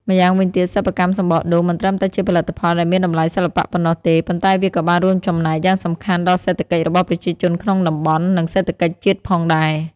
ម្យ៉ាងវិញទៀត សិប្បកម្មសំបកដូង មិនត្រឹមតែជាផលិតផលដែលមានតម្លៃសិល្បៈប៉ុណ្ណោះទេ ប៉ុន្តែវាក៏បានរួមចំណែកយ៉ាងសំខាន់ដល់សេដ្ឋកិច្ចរបស់ប្រជាជនក្នុងតំបន់ និងសេដ្ឋកិច្ចជាតិផងដែរ។